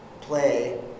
play